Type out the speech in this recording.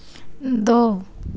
दो